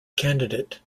candidate